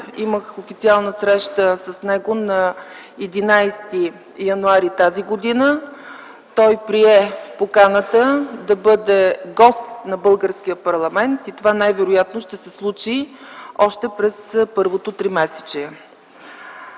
Имах официална среща с него на 11 януари т. г. Той прие поканата да бъде гост на българския парламент и това най вероятно ще се случи още през първото тримесечие.